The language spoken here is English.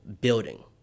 building